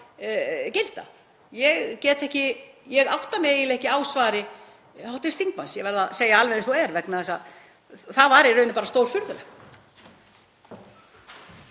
plús. Ég átta mig eiginlega ekki á svari hv. þingmanns. Ég verð að segja alveg eins og er vegna þess að það var í rauninni bara stórfurðulegt.